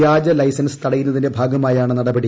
വ്യാജ ലൈസൻസ് തടയുന്നതിന്റെ ഭാഗമായാണ് നടപടി